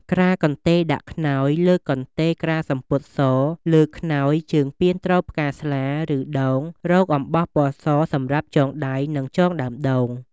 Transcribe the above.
ក្រាលកន្ទេលដាក់ខ្នើយ លើកកន្ទេល ក្រាលសំពត់ សលើខ្នើយជើងពានទ្រផ្កាស្លា ឬ ដូង រកអំបោះពណ៌ស សម្រាប់ចង់ដៃ និងចងដើមដូង។